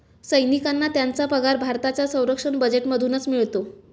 सैनिकांना त्यांचा पगार भारताच्या संरक्षण बजेटमधूनच मिळतो